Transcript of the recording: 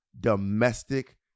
domestic